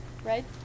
Right